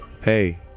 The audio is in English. Hey